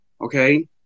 Okay